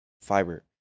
Fiber